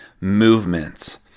movements